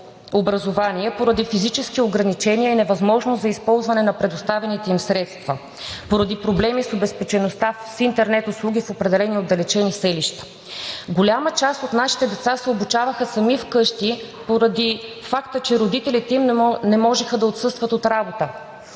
поради физически ограничения и невъзможност за използване на предоставените им средства – поради проблеми с обезпечеността на интернет услуги в определени отдалечени селища. Голяма част от нашите деца се обучаваха сами вкъщи поради факта, че родителите им не можеха да отсъстват от работа.